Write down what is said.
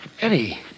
Eddie